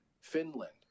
finland